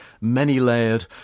many-layered